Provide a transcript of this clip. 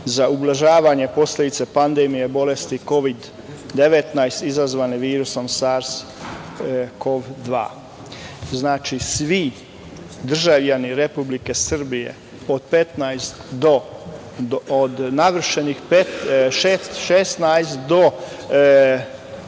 za ublažavanje posledica pandemije bolesti Kovid 19 izazvane virusom SARS-KoV-2.Znači, svi državljani Republike Srbije od navršenih 16 do 19